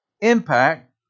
impact